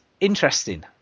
interesting